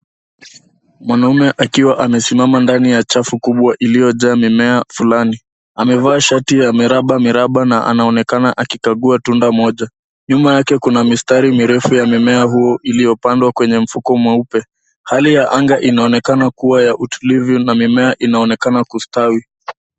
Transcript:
Mwanaume akiwa amesimama ndani ya chafu kubwa iliyojaa mimea fulani. Amevaa shati ya miraba miraba, na anaonekana akikagua tunda moja. Nyuma yake kuna mistari mirefu ya mimea huu, iliyopandwa kwenye mfuko mweupe. Hali ya anga inaonekana kuwa ya utulivu na mimea inaonekana kustawi.